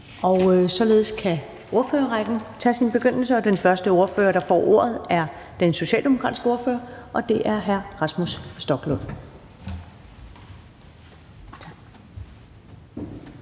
og således kan ordførerrækken tage sin begyndelse, og den første ordfører, der får ordet, er den socialdemokratiske ordfører, og det er hr. Rasmus Stoklund.